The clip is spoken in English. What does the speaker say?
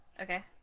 Okay